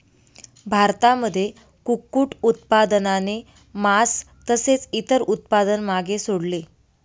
भारतामध्ये कुक्कुट उत्पादनाने मास तसेच इतर उत्पादन मागे सोडले